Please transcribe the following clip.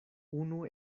unu